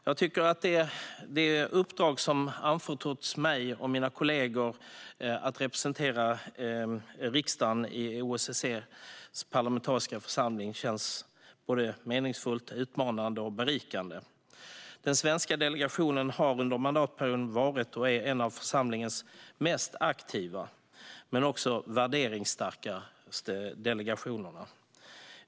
Jag tycker att det uppdrag som har anförtrotts mig och mina kollegor att representera riksdagen i OSSE:s parlamentariska församling känns både meningsfullt, utmanande och berikande. Den svenska delegationen har under mandatperioden varit, och är, en av församlingens mest aktiva. Den är också en av de mest värderingsstarka delegationerna.